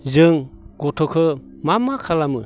जों गथ'खो मा मा खालामो